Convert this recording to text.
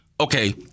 Okay